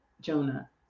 Jonah